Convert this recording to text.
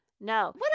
no